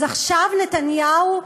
אז עכשיו נתניהו,